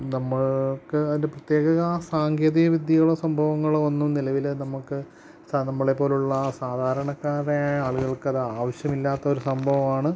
നമ്മൾക്ക് അതിൻ്റെ പ്രത്യേക സാങ്കേതിക വിദ്യകളോ സംഭവങ്ങളോ ഒന്നും നിലവില് നമുക്ക് നമ്മളെ പോലുള്ള സാധാരണക്കാരായ ആള്കൾക്കതാവശ്യമില്ലാത്തൊരു സംഭവമാണ്